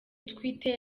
twite